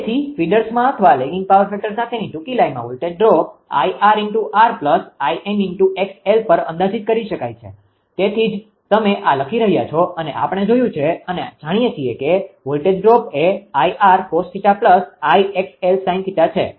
તેથી ફીડર્સમાં અથવા લેગિંગ પાવર ફેક્ટર સાથેની ટૂંકી લાઇનમાં વોલ્ટેજ ડ્રોપ 𝐼𝑟𝑟𝐼𝑥𝑥𝑙 પર અંદાજિત કરી શકાય છે તેથી જ તમે આ લખી રહ્યા છો અને આપણે જોયું છે અને જાણીએ છીએ કે વોલ્ટેજ ડ્રોપ એ 𝐼𝑟cos𝜃𝐼𝑥𝑙sin𝜃 છે